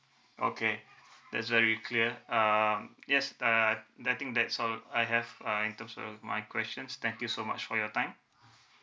okay that's very clear um yes uh I think that's all I have uh in terms of my questions thank you so much for your time